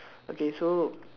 okay so